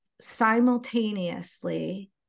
simultaneously